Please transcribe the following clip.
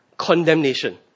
Condemnation